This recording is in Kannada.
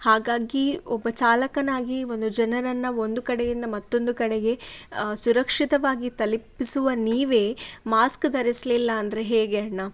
ಹಾಗಾಗಿ ಒಬ್ಬ ಚಾಲಕನಾಗಿ ಒಂದು ಜನರನ್ನು ಒಂದು ಕಡೆಯಿಂದ ಮತ್ತೊಂದು ಕಡೆಗೆ ಸುರಕ್ಷಿತವಾಗಿ ತಲಿಪಿಸುವ ನೀವೇ ಮಾಸ್ಕ್ ಧರಿಸಲಿಲ್ಲ ಅಂದರೆ ಹೇಗೆ ಅಣ್ಣ